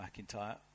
McIntyre